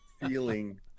feeling